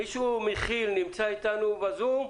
מישהו מכי"ל נמצא אתנו בזום?